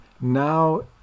now